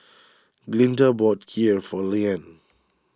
Glinda bought Kheer for Leanne